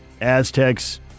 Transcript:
Aztecs